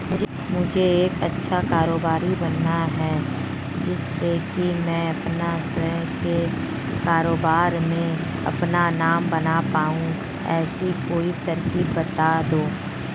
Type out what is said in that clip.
मुझे एक अच्छा कारोबारी बनना है जिससे कि मैं अपना स्वयं के कारोबार में अपना नाम बना पाऊं ऐसी कोई तरकीब पता दो?